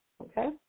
Okay